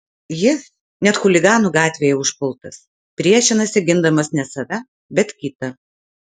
jis net chuliganų gatvėje užpultas priešinasi gindamas ne save bet kitą